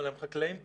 הם חקלאים טובים.